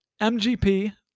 MGP